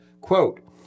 Quote